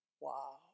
Wow